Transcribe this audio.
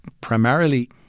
primarily